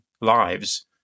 lives